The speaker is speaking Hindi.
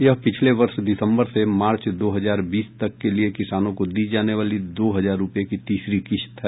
यह पिछले वर्ष दिसंबर से मार्च दो हजार बीस तक के लिए किसानों को दी जाने वाली दो हजार रुपये की तीसरी किश्त है